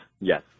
Yes